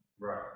Right